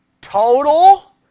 total